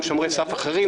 גם לגבי שומרי סף אחרים,